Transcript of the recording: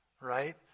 right